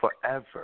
forever